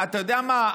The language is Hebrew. אתה יודע מה?